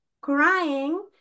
crying